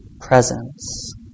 presence